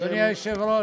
אדוני היושב-ראש,